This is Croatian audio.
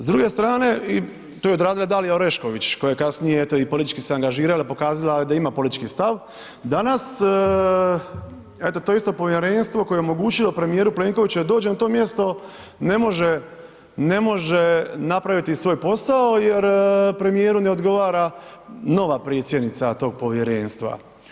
S druge strane, to je odradila i Dalija Orešković, koja je kasnije, eto i politički se angažirala, pokazala da ima politički stav, danas eto to isto povjerenstvo koje je omogućilo premijeru Plenkoviću da dođe na to mjesto, ne može napraviti svoj posao jer premijeru ne odgovara nova predsjednica tog povjerenstva.